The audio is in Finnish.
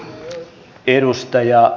arvoisa puhemies